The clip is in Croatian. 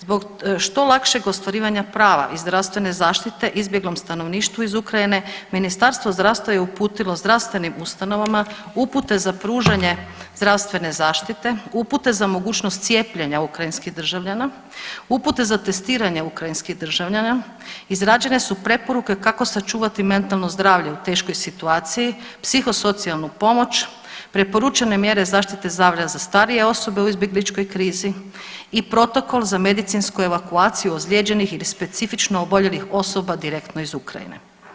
Zbog što lakšeg ostvarivanja prava iz zdravstvene zaštite izbjeglom stanovništvu iz Ukrajine Ministarstvo zdravstva je uputilo zdravstvenim ustanovama upute za pružanje zdravstvene zaštite, upute za mogućnost cijepljenja ukrajinskih državljana, upute za testiranje ukrajinskih državljana, izrađene su preporuke kako sačuvati mentalno zdravlje u teškoj situaciji, psihosocijalnu pomoć, preporučene mjere zaštite zdravlja za starije osobe u izbjegličkoj krizi i protokol za medicinsku evakuaciju ozlijeđenih ili specifično oboljelih osoba direktno iz Ukrajine.